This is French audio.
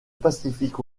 pacifique